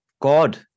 God